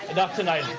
not tonight.